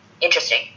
Interesting